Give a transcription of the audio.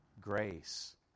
grace